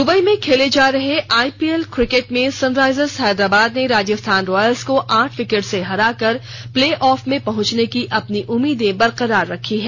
Dubai में खेले जा रहे आईपीएल क्रिकेट में सनराइजर्स हैदराबाद ने राजस्थान रॉयल्स को आठ विकेट से हराकर प्ले ऑफ में पहुंचने की अपनी उम्मीदें बरकरार रखी है